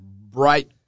bright